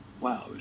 wow